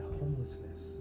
homelessness